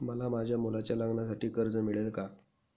मला माझ्या मुलाच्या लग्नासाठी कर्ज मिळेल का?